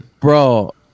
bro